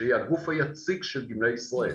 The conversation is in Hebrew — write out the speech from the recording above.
שהיא הגוף היציג של גמלאי ישראל,